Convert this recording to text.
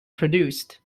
produced